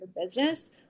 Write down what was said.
business